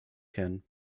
kennen